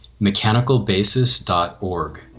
mechanicalbasis.org